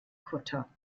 kutter